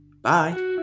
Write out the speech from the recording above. Bye